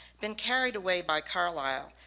been carried away by carlisle,